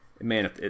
man